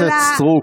חברת הכנסת סטרוק,